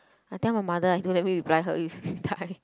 I tell my mother I don't ever reply her I will die